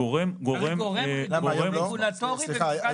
צריך גורם רגולטורי במשרד הבריאות.